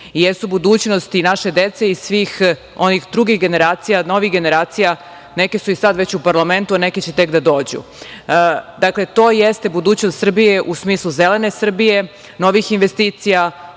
i jesu budućnost i naše dece i svih onih drugih generacija, novih generacija. Neke su sad već u parlamentu, a neke će tek da dođu. Dakle, to jeste budućnost Srbije u smislu zelene Srbije, novih investicija,